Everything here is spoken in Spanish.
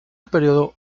período